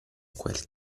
quel